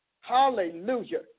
Hallelujah